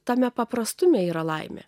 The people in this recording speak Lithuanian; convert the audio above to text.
tame paprastume yra laimė